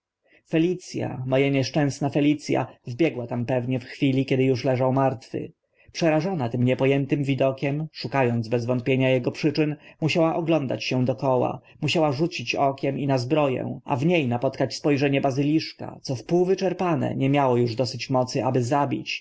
mo a nieszczęsna felic a wbiegła tam pewnie w chwili kiedy uż leżał martwy przerażona tym niepo ętym widokiem szuka ąc bez wątpienia ego przyczyn musiała oglądać się dokoła musiała rzucić okiem i na zbro ę a w nie napotkać spo rzenie bazyliszka co wpół wyczerpane nie miało uż dość mocy aby zabić